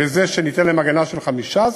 בזה שניתן להם הגנה של 15%,